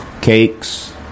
cakes